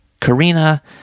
Karina